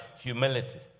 humility